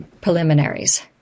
preliminaries